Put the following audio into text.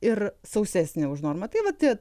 ir sausesnė už normą tai vat tie